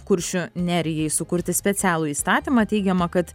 kuršių nerijai sukurti specialų įstatymą teigiama kad